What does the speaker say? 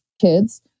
kids